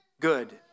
good